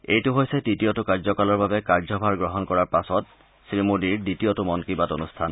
এইটো হৈছে দ্বিতীয়টো কাৰ্যকালৰ বাবে কাৰ্যভাৰ গ্ৰহণ কৰাৰ পাছত শ্ৰীমোডীৰ দ্বিতীয়টো মন কী বাত অনুষ্ঠান